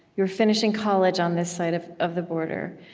you were finishing college on this side of of the border.